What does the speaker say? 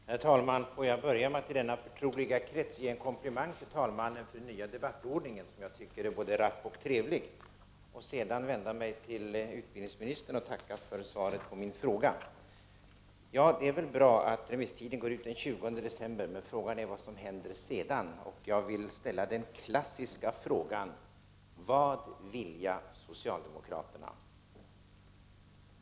Herr talman! Får jag börja med att i denna förtroliga krets ge en komplimang till talmannen för den nya debattordningen, som jag tycker är både rapp och trevlig, och sedan vända mig till utbildningsministern och tacka för svaret på min fråga. Det är väl bra att remisstiden går ut den 20 december, men frågan är vad som händer sedan. Jag vill ställa den klassiska frågan: Vad vilja socialdemokraterna?